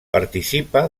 participa